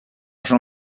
jean